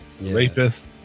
Rapist